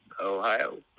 Ohio